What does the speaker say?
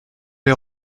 les